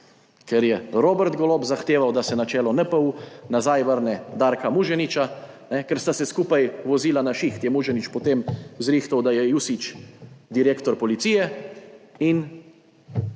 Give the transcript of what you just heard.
Ker je Robert Golob zahteval, da se na čelo NPU nazaj vrne Darka Muženiča, ker sta se skupaj vozila na šiht, je Muženič potem zrihtal, da je Jusić direktor policije in